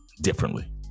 differently